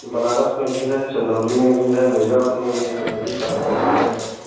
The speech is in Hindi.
बनारस में भी है चंदौली में भी है मिर्ज़ापुर में भी है बताइए कहाँ चाहिए ज़मीन आपको